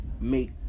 make